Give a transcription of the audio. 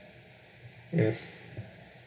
yes